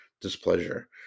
displeasure